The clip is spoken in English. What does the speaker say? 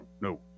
no